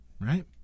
right